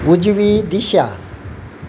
उजवी दिशा